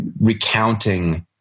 recounting